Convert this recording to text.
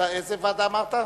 איזו ועדה אמרת?